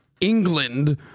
England